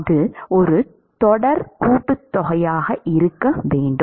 அது ஒரு தொடர் கூட்டுத்தொகையாக இருக்க வேண்டும்